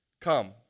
come